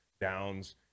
downs